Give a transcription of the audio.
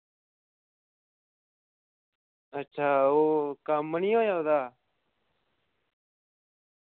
अच्छा ओह् कम्म निं होया उ'दा